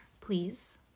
please